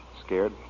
Scared